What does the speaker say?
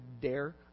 dare